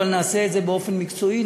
אבל נעשה את זה באופן מקצועי,